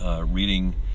Reading